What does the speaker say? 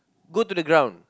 go to the ground